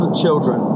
children